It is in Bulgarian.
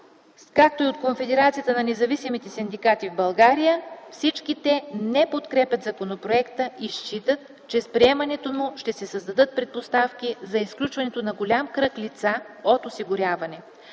както и от Конфедерацията на независимите синдикати в България. Всички те не подкрепят законопроекта и считат, че с приемането му ще се създадат предпоставки за изключването на голям кръг лица от осигуряване.